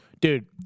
Dude